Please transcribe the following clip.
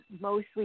mostly